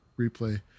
replay